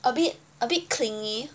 a bit a bit clingy